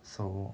so